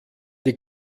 die